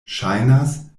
ŝajnas